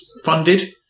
Funded